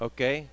Okay